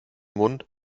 mund